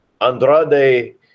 Andrade